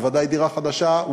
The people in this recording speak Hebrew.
בוודאי דירה חדשה,